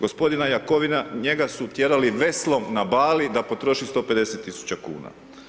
Gospodina Jakovina, njega su tjerali veslom na Bali da potroši 150 tisuća kuna.